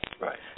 Right